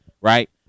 right